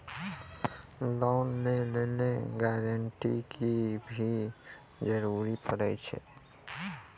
Loan लै लेली guarantor के भी जरूरी पड़ै छै?